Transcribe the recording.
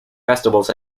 festivals